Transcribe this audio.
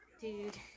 dude